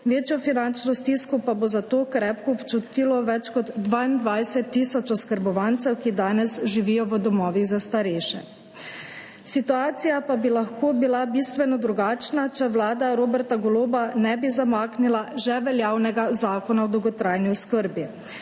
večjo finančno stisko pa bo zato krepko občutilo več kot 22 tisoč oskrbovancev, ki danes živijo v domovih za starejše. Situacija pa bi lahko bila bistveno drugačna, če vlada Roberta Goloba ne bi zamaknila že veljavnega Zakona o dolgotrajni oskrbi.